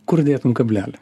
kur dėtum kablelį